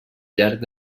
llarg